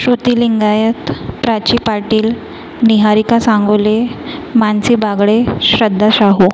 Shruti Lingayat Prachi Patil Niharika Sangole Mansi Bagde Shraddha Shahu